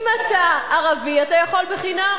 אם אתה ערבי, אתה יכול בחינם.